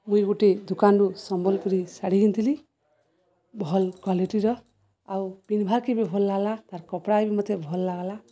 ମୁଁ ଗୋଟେ ଦୋକାନରୁ ସମ୍ବଲପୁରୀ ଶାଢ଼ୀ କିଣିଥିଲି ଭଲ କ୍ୱାଲିଟିର ଆଉ ପିନ୍ଧିବାକୁ ବି ଭଲ ଲାଗିଲା ତାର କପଡ଼ା ବି ମୋତେ ଭଲ ଲାଗିଲା